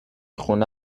خونه